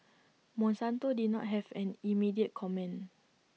monsanto did not have an immediate comment